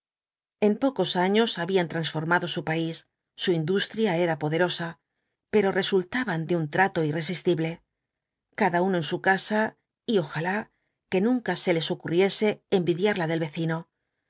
en pocos años habían transformado su país su industria era poderosa pero resultaban de un trato irresistible cada uno en su casa y ojalá que nunca se les ocurriese envidiar la del vecino